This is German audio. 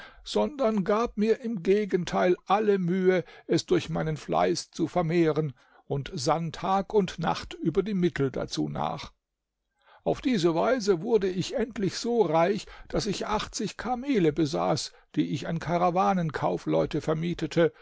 sondern gab mir im gegenteil alle mühe es durch meinen fleiß zu vermehren und sann tag und nacht über die mittel dazu nach auf diese weise wurde ich endlich so reich daß ich achtzig kamele besaß die ich an karawanen kaufleute vermietete